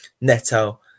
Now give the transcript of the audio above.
Neto